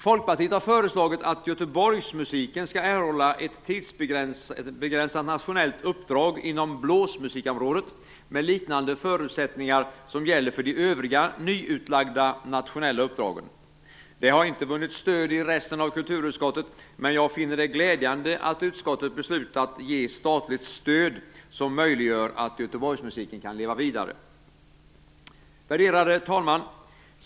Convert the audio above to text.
Folkpartiet har föreslagit att Göteborgsmusiken skall erhålla ett tidsbegränsat nationellt uppdrag inom blåsmusikområdet med liknande förutsättningar som gäller för de övriga nyutlagda nationella uppdragen. Det har inte vunnit stöd i resten av kulturutskottet, men jag finner det glädjande att utskottet beslutat att ge statligt stöd som möjliggör att Göteborgsmusiken kan leva vidare. Värderade talman!